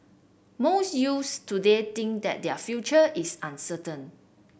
most youths today think that their future is uncertain